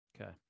Okay